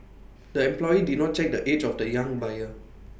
the employee did not check the age of the young buyer